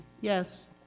Yes